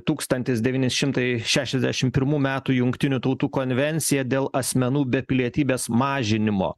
tūkstantis devyni šimtai šešiasdešim pirmų metų jungtinių tautų konvenciją dėl asmenų be pilietybės mažinimo